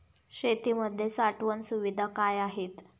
शेतीमध्ये साठवण सुविधा काय आहेत?